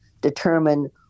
determine